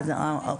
מינהלי.